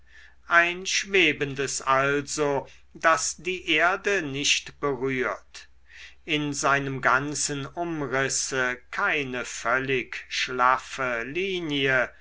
ein schwebendes also das die erde nicht berührt in seinem ganzen umrisse keine völlig schlaffe linie